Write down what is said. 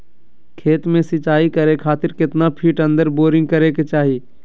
खेत में सिंचाई करे खातिर कितना फिट अंदर बोरिंग करे के चाही?